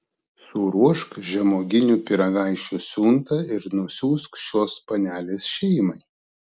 suruošk žemuoginių pyragaičių siuntą ir nusiųsk šios panelės šeimai